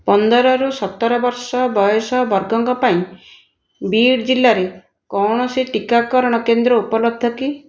ପନ୍ଦର ରୁ ସତର ବର୍ଷ ବୟସ ବର୍ଗଙ୍କ ପାଇଁ ବୀଡ୍ ଜିଲ୍ଲାରେ କୌଣସି ଟିକାକରଣ କେନ୍ଦ୍ର ଉପଲବ୍ଧ କି